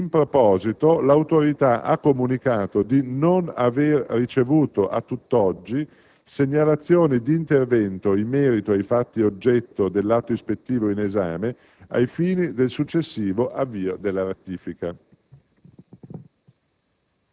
In proposito, l'Autorità ha comunicato di non aver ricevuto, a tutt'oggi, segnalazioni di intervento in merito ai fatti oggetto dell'atto ispettivo in esame, ai fini del successivo avvio della rettifica.